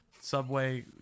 subway